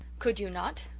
could you not?